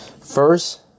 First